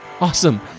Awesome